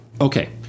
Okay